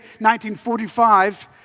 1945